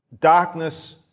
darkness